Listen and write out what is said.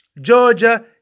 Georgia